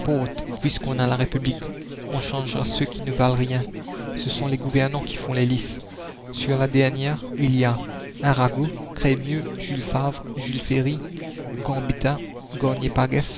puisqu'on a la république on changera ceux qui ne valent rien ce sont les gouvernants qui font les listes sur la dernière il y a arago crémieux jules favre jules ferry gambetta